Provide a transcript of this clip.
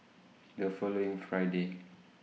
The following Friday